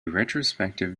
retrospective